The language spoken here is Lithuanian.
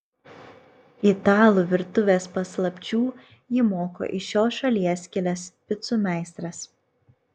italų virtuvės paslapčių jį moko iš šios šalies kilęs picų meistras